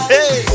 Hey